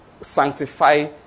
sanctify